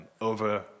over